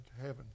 heaven